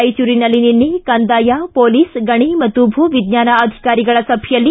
ರಾಯಚೂರಿನಲ್ಲಿ ನಿನ್ನೆ ಕಂದಾಯ ಪೊಲೀಸ್ ಗಣಿ ಮತ್ತು ಭೂ ವಿಜ್ಞಾನ ಅಧಿಕಾರಿಗಳ ಸಭೆಯಲ್ಲಿ